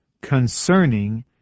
concerning